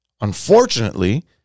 Unfortunately